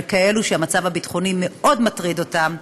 של כאלה שהמצב הביטחוני מאוד מטריד אותם,